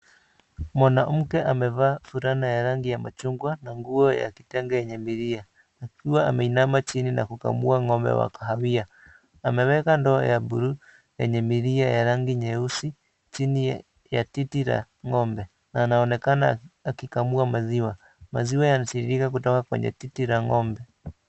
Mwanamke amevaa fulana ya rangi ya machungwa na nguo ya kitenge yenye milia, akiwa ameinama chini na kukamua ng'ombe wakahawia. Ameweka ndoo ya bluu yenye milia ya rangi nyeusi ,chini ya titi la ng'ombe na anaonekana akikamua maziwa. Maziwa yanatiririka kutoka kwenye titi la ng'ombe.